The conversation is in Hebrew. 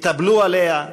התאבלו עליה,